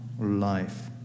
life